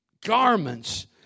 Garments